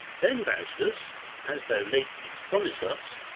then, faustus, as thou late didst promise us,